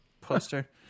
poster